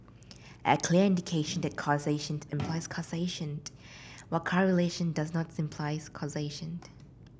a clear indication that causation implies causation while correlation does not imply causation